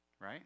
right